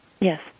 Yes